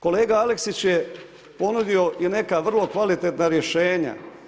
Kolega Aleksić je ponudio i neka vrlo kvalitetna rješenja.